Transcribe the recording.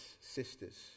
sisters